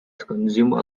consumed